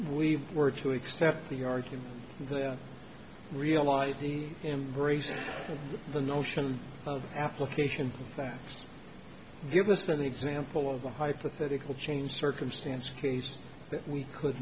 we were to accept the argument the real id embrace the notion of application that give us an example of a hypothetical change circumstance case that we could